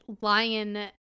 lion